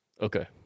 Okay